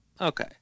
Okay